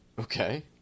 Okay